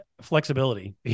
Flexibility